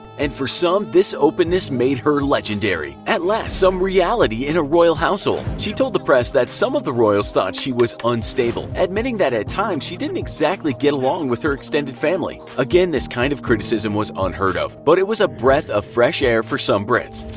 and for some this openness made her legendary. at last, some reality in a royal household. she told the press that some of the royals thought that she was unstable, admitting that at times she didn't exactly get along with her extended family. again, this kind of criticism was unheard of, but it was a breath of fresh air for some brits.